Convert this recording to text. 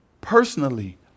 personally